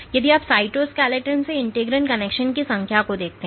यदि आप साइटोसेलटन से इंटीग्रिन कनेक्शन की संख्या को देखते हैं